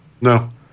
No